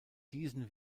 diesen